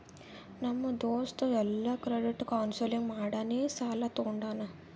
ನಮ್ ದೋಸ್ತ ಎಲ್ಲಾ ಕ್ರೆಡಿಟ್ ಕೌನ್ಸಲಿಂಗ್ ಮಾಡಿನೇ ಸಾಲಾ ತೊಂಡಾನ